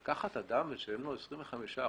אבל לקחת אדם ולשלם לו 25%?